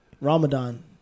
Ramadan